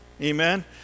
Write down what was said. Amen